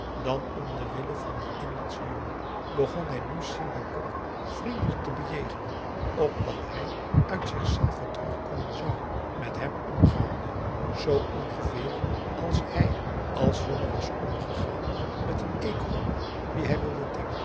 dan om den wille van dien inlandschen jongen begon hij nu si bengkok vriendelijk te bejegenen opdat hij uit zich zelven terugkomen zou met hem omgaande zo ongeveer als hij als jongen was omgegaan met een eekhoorn dien hij wilde temmen